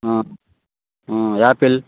apple